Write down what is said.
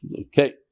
okay